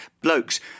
blokes